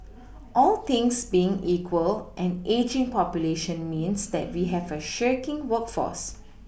all things being equal an ageing population means that we have a shirking workforce